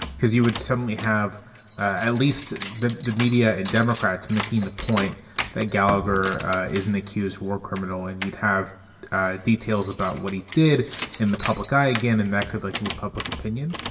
because you would suddenly have at least the the media and democrats making the point that gallagher isn't accused war criminal and you'd have details about what he did in the public eye again, and that could like move public opinion.